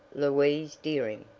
louise dearing.